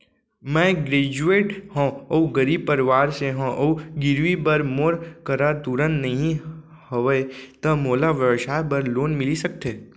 मैं ग्रेजुएट हव अऊ गरीब परवार से हव अऊ गिरवी बर मोर करा तुरंत नहीं हवय त मोला व्यवसाय बर लोन मिलिस सकथे?